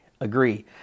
agree